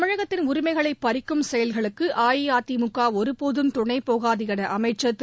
தமிழகத்தின் உரிமைகளை பறிக்கும் செயல்களுக்கு அஇஅதிமுக ஒருபோதும் துணைபோகாது என அமைச்சர் திரு